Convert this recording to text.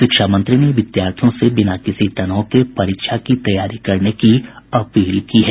शिक्षा मंत्री ने विद्यार्थियों से बिना किसी तनाव के परीक्षा की तैयारी करने की अपील की है